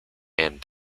and